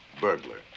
burglar